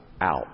out